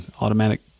automatic